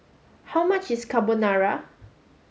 how much is Carbonara